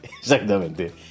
Exactamente